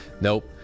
Nope